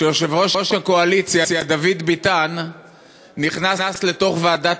שיושב-ראש הקואליציה דוד ביטן נכנס לתוך ועדת